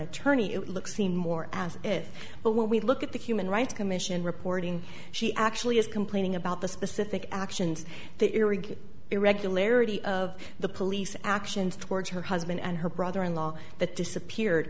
attorney it looks seen more as if but when we look at the human rights commission reporting she actually is complaining about the specific actions that you're weak irregularity of the police actions towards her husband and her brother in law that disappeared